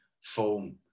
foam